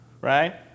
right